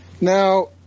Now